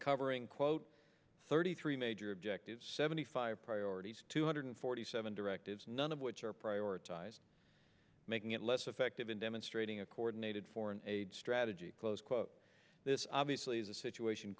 covering quote thirty three major objectives seventy five priorities two hundred forty seven directives none of which are prioritized making it less effective in demonstrating a coordinated foreign aid strategy close quote this obviously is a situation